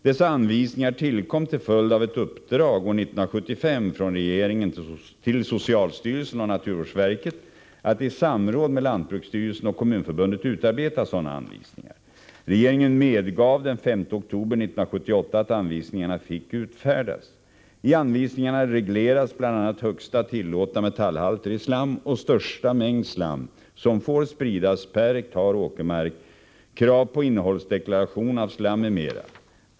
Dessa anvisningar tillkom till följd av ett uppdrag år 1975 från regeringen till socialstyrelsen och naturvårdsverket att i samråd med lantbruksstyrelsen och Kommunförbundet utarbeta sådana anvisningar. Regeringen medgav den 5 oktober 1978 att anvisningarna fick utfärdas. I anvisningarna regleras bl.a. högsta tillåtna metallhalter i slam och största mängd slam som får spridas per hektar åkermark, krav på innehållsdeklaration av slam m.m.